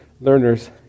learners